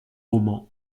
roman